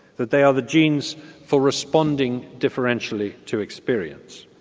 that they are the genes for responding differentially to experience.